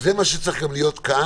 זה מה שצריך להיות כאן,